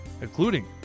including